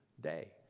day